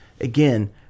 Again